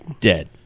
Dead